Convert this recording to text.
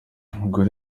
umugore